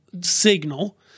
signal